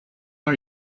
are